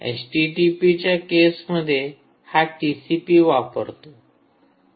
एचटीटीपीच्या केसमध्ये हा टीसीपी वापरतो